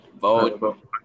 vote